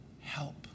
help